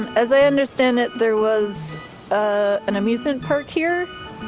and as i understand it, there was ah an amusement park here.